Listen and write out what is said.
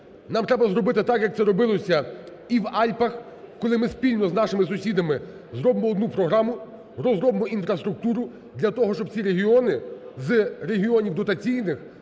Нам треба зробити так, як це робилося і в Альпах, коли ми спільно з нашими сусідами зробимо одну програму, розробимо інфраструктуру для того, щоб ці регіони з регіонів дотаційних